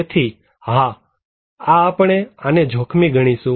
તેથી હા આ આપણે આને જોખમી ગણીશું